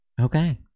Okay